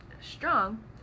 strong